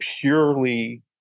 purely